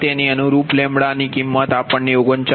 આ તેને અનુરૂપ કિંમત આપણને 39